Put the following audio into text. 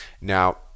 Now